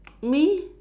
me